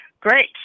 Great